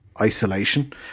isolation